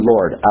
Lord